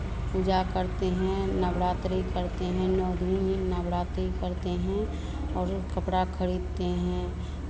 पूजा करते हैं नवरात्रि करते हैं नौ दिन नवरात्रि करते हैं और कपड़ा खरीदते हैं